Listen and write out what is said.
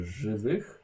żywych